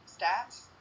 stats